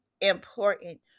important